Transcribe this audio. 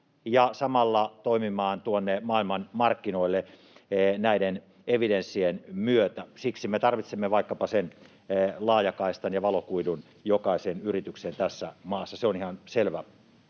samalla toimimaan tuonne maailmanmarkkinoille näiden evidenssien myötä. Siksi me tarvitsemme vaikkapa sen laajakaistan ja valokuidun jokaiseen yritykseen tässä maassa. Se on ihan selvä